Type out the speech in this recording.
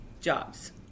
jobs